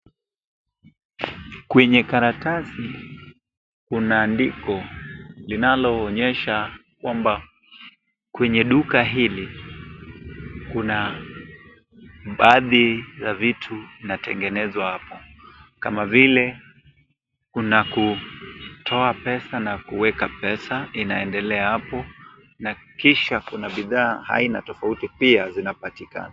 Kwenye karatasi, kuna andiko linaloonyesha kwamba ,kwenye duka hili, kuna baadhi za vitu vinatengenezwa hapo. Kama vile kuna kutoa pesa na kuweka pesa, inaendelea hapo. Na kisha kuna bidhaa aina tofauti pia zinapatikana.